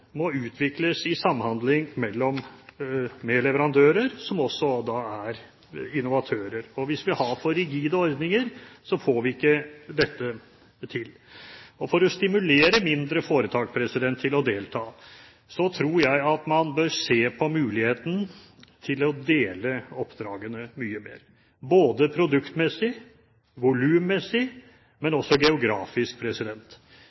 må slippe til. Kravene må utvikles i samhandling med leverandører, som også er innovatører. Og hvis vi har for rigide ordninger, får vi ikke dette til. For å stimulere mindre foretak til å delta tror jeg at man bør se på muligheten til å dele oppdragene mye mer, både produktmessig, volummessig